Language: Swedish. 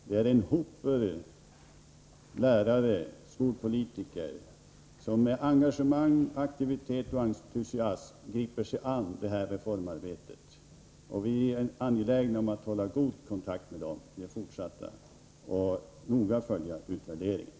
Där finns en hoper lärare och skolpolitiker som med engagemang och entusiasm griper sig an reformarbetet, och vi är angelägna om att hålla god kontakt med dem i fortsättningen och noga följa utvärderingen.